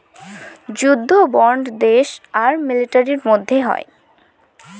যুদ্ধ বন্ড দেশ আর মিলিটারির মধ্যে হয়